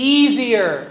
easier